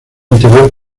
anterior